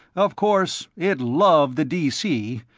of course, it loved the dc,